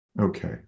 Okay